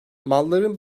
malların